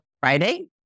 Friday